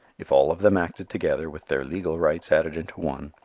if all of them acted together, with their legal rights added into one,